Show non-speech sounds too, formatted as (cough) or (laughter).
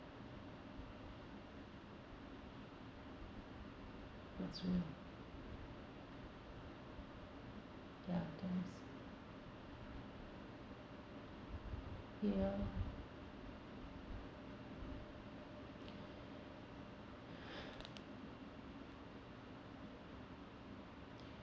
what's real ya those ya (breath)